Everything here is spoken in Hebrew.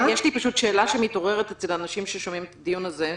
שאלה שמתעוררת אצל אנשים ששומעים את הדיון הזה: